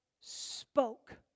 spoke